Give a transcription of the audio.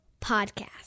podcast